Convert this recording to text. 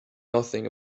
nothing